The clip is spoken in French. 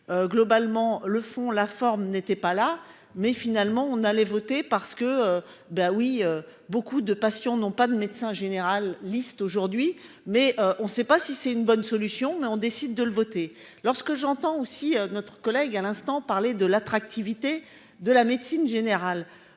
Globalement, le fond, la forme n'était pas là, mais finalement on allait voter parce que, ben oui. Beaucoup de patients n'ont pas de médecin général liste aujourd'hui mais on ne sait pas si c'est une bonne solution mais on décide de le voter lorsque j'entends aussi notre collègue à l'instant parler de l'attractivité de la médecine générale.